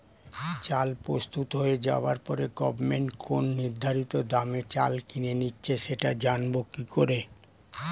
চাল প্রস্তুত হয়ে যাবার পরে গভমেন্ট কোন নির্ধারিত দামে চাল কিনে নিচ্ছে সেটা জানবো কি করে?